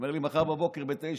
אמר לי: מחר בבוקר, ב-09:00.